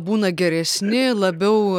būna geresni labiau